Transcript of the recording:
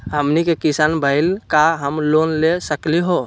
हमनी के किसान भईल, का हम लोन ले सकली हो?